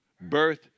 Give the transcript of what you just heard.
birth